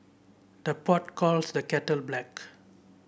the pot calls the kettle black